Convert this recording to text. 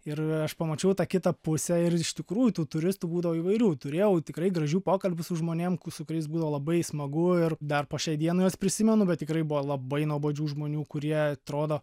ir aš pamačiau tą kitą pusę ir iš tikrųjų tų turistų būdavo įvairių turėjau tikrai gražių pokalbių su žmonėm su kuriais būdavo labai smagu ir dar po šiai dienai prisimenu bet tikrai buvo labai nuobodžių žmonių kurie atrodo